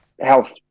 health